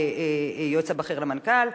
היועץ הבכיר למנכ"ל,